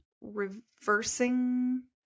reversing